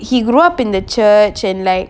he grew up in the church and like